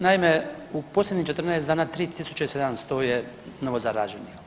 Naime, u posljednjih 14 dana 3700 je novo zaraženih.